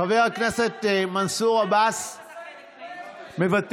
חבר הכנסת מנסור עבאס, מוותר.